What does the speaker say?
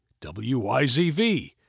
WYZV